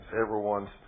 everyone's